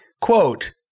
Quote